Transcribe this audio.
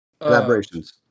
collaborations